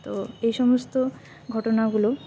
তো এই সমস্ত ঘটনাগুলো